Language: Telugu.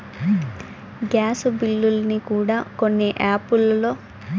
గ్యాసు బిల్లుల్ని కూడా కొన్ని యాపుల ద్వారా సులువుగా సెల్లించే విధానం అందుబాటులో ఉంటుంది